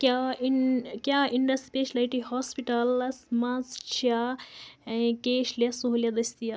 کیٛاہ اِن کیاہ اِنٛڈس سٕپیشلٹی ہسپٹالس منٛز چھےٚ کیش لیس سہوٗلیت دٔستیاب؟